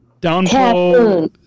Downpour